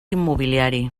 immobiliari